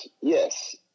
yes